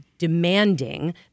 Demanding